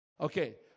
Okay